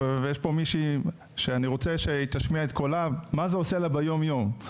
ויש פה מישהי שאני רוצה שהיא תשמיע את קולה מה זה עושה לה ביום-יום,